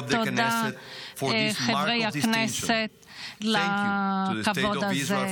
חברי הכנסת, על הכבוד הזה.